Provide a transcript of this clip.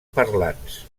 parlants